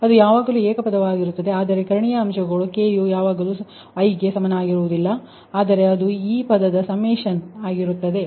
ಅದು ಯಾವಾಗಲೂ ಏಕ ಪದವಾಗಿರುತ್ತದೆ ಆದರೆ ಕರ್ಣೀಯ ಅಂಶಗಳು k≠i ಆದರೆ ಅದು ಈ ಪದದ ಸಮ್ಮೇಶನ್ ಆಗಿರುತ್ತದೆ